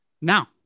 Now